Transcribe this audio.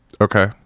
Okay